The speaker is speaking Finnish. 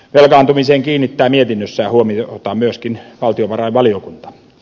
velkaantumiseen kiinnittää mietinnössään huomiota myöskin valtiovarainvaliokunta